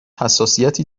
حساسیتی